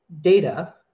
data